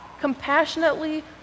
compassionately